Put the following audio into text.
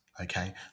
okay